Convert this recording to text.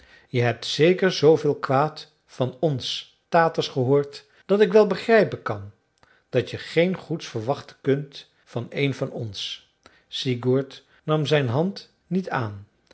je hebt zeker z veel kwaad van ons taters gehoord dat ik wel begrijpen kan dat je geen goeds verwachten kunt van een van ons sigurd nam zijn hand niet aan